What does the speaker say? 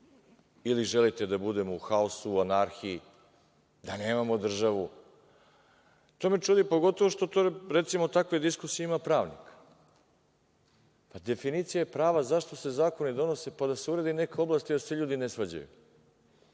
Ili želite da budemo u haosu, anarhiji, da nemamo državu, to me čudi, pogotovo što takve diskusije ima pravnik. Definica prava je zašto se zakoni donose, pa da se urede neke oblasti i da se ljudi ne svađaju.